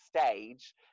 stage